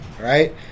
right